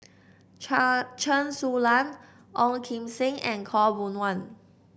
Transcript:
Chen Su Lan Ong Kim Seng and Khaw Boon Wan